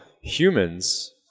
humans